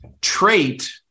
trait